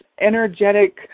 energetic